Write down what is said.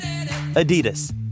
Adidas